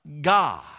God